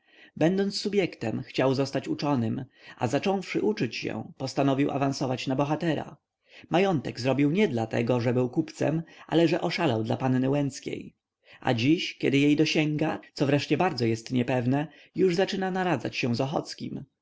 będąc subjektem chciał zostać uczonym a zacząwszy uczyć się postanowił awansować na bohatera majątek zrobił nie dlatego że był kupcem ale że oszalał dla panny łęckiej a dziś kiedy jej dosięga co wreszcie bardzo jest niepewne już zaczyna naradzać się z